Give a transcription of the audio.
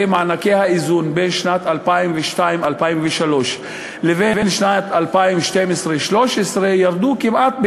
מענקי האיזון בין שנת 2002 2003 לבין שנת 2012 2013 ירדו כמעט ב-50%: